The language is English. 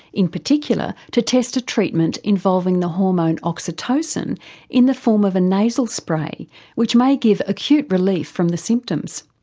in particular to test a treatment involving the hormone oxytocin in the form of a nasal spray which may give acute relief from the symptoms.